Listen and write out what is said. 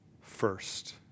first